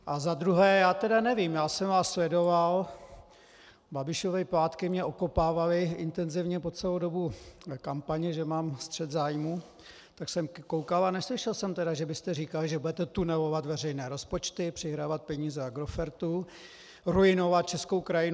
A za druhé já tedy nevím, já jsem vás sledoval, Babišovy plátky mě okopávaly intenzivně po celou dobu kampaně, že mám střet zájmů, tak jsem koukal a neslyšel jsem tedy, že byste říkali, že budete tunelovat veřejné rozpočty, přihrávat peníze Agrofertu, ruinovat českou krajinu.